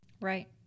Right